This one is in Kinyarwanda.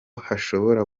hashobora